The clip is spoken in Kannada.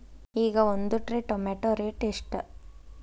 ಈಗ ಒಂದ್ ಟ್ರೇ ಟೊಮ್ಯಾಟೋ ರೇಟ್ ಎಷ್ಟ?